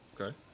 Okay